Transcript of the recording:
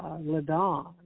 Ladon